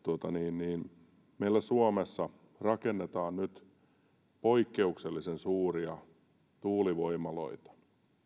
että meillä suomessa rakennetaan nyt poikkeuksellisen suuria tuulivoimaloita